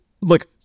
look